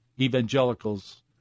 evangelicals